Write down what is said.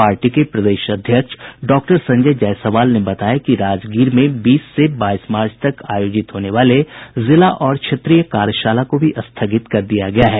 party के प्रदेश अध्यक्ष डॉक्टर संजय जायसवाल ने बताया कि राजगीर में बीस से बाईस मार्च तक आयोजित होने वाले जिला और क्षेत्रीय कार्यशाला को भी स्थगित कर दिया गया है